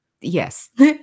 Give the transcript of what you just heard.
yes